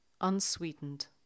unsweetened